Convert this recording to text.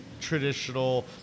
traditional